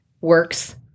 works